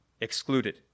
excluded